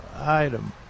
item